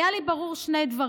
היו ברורים לי שני דברים: